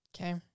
Okay